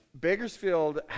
Bakersfield